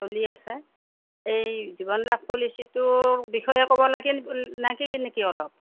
চলি আছে এই জীৱন লাভ পলিচিটোৰ বিষয়ে ক'ব লাগে নাকে নেকি অলপ